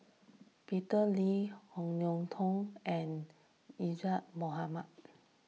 Peter Lee Ong Tiong and Azura Mokhtar